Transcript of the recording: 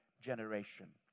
generation